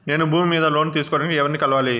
నేను భూమి మీద లోను తీసుకోడానికి ఎవర్ని కలవాలి?